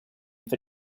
for